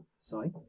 Sorry